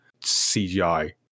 CGI